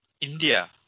India